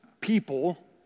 people